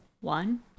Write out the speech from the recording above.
one